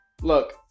look